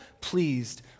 pleased